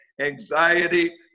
anxiety